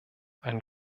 ein